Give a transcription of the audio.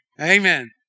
Amen